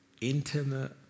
intimate